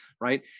right